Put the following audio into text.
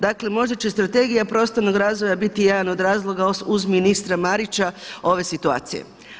Dakle možda će Strategija prostornog razvoja biti jedan od razlog uz ministra Marića ove situacije.